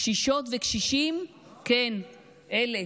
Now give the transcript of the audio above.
קשישות וקשישים, כן, אלה,